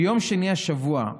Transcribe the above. ביום שני השבוע,